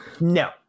No